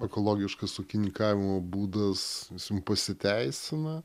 ekologiškas ūkininkavimo būdas jis jum pasiteisina